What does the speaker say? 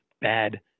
bad